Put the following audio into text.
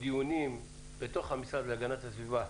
דיונים בתוך המשרד להגנת הסביבה,